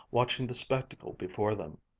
watching the spectacle before them.